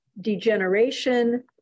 degeneration